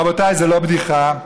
רבותיי, זאת לא בדיחה,